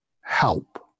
help